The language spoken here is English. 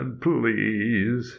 please